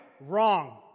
wrong